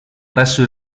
presso